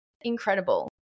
incredible